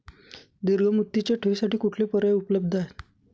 दीर्घ मुदतीच्या ठेवींसाठी कुठले पर्याय उपलब्ध आहेत?